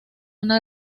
una